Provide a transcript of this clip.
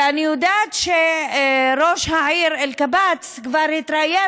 ואני יודעת שראש העיר אלקבץ כבר התראיין